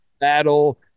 battle